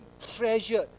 treasured